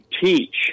teach